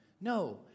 No